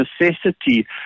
necessity